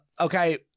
Okay